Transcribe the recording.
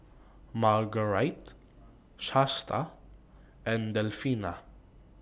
Margarite Shasta and Delfina